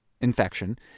infection